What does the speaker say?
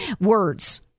words